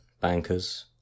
bankers